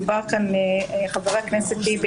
חבר הכנסת טיבי,